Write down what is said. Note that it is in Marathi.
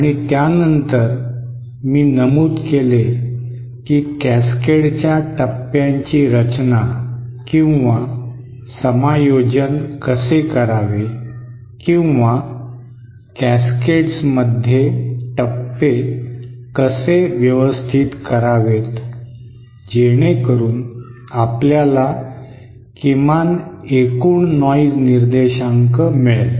आणि त्यानंतर मी नमूद केले की कॅस्केडच्या टप्प्यांची रचना किंवा समायोजन कसे करावे किंवा कॅसकेड्समध्ये टप्पे कसे व्यवस्थित करावेत जेणेकरून आपल्याला किमान एकूण नॉइज निर्देशांक मिळेल